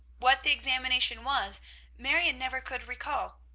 what the examination was marion never could recall.